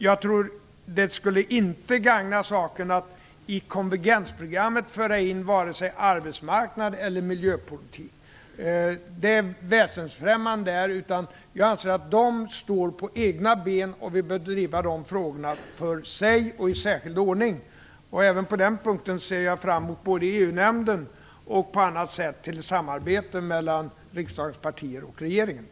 Jag tror att det inte skulle gagna saken att i konvergensprogrammet föra in arbetsmarknads eller miljöpolitik. Det är väsensfrämmande där. Jag anser de frågorna står på egna ben och att vi bör driva dem för sig och i särskild ordning. Även på den punkten ser jag fram emot ett samarbete mellan riksdagens partier och regeringen, både i EU-nämnden och på annat sätt.